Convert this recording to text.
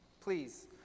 please